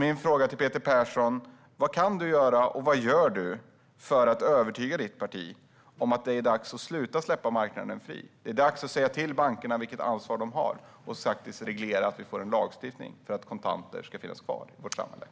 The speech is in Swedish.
Min fråga till Peter Persson är: Vad kan du göra, och vad gör du för att övertyga ditt parti om att det är dags att sluta släppa marknaden fri? Det är dags att säga till bankerna vilket ansvar de har och se till att vi får en lagstiftning för att kontanter ska finnas kvar i vårt samhälle.